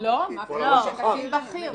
זה מישהו בכיר.